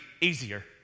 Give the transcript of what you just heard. easier